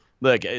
look